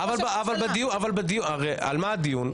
על מה הדיון?